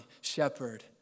shepherd